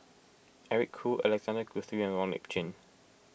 Eric Khoo Alexander Guthrie and Wong Lip Chin